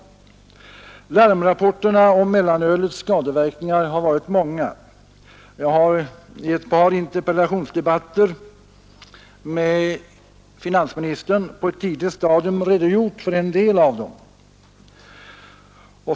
Larmrapporterna om mellanölets skadeverkningar har varit många. Jag har i ett par interpellationsdebatter med finansministern på ett tidigt stadium redogjort för en del av dem.